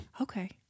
Okay